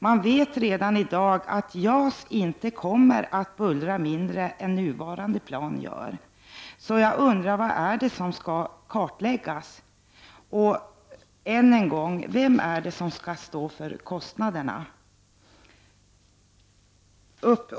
Vi vet redan i dag att JAS inte kommer att bullra mindre än nuvarande plan gör. Jag undrar därför vad som skall kartläggas. Och än en gång vill jag fråga: Vem skall stå för kostnaderna?